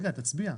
תצביע.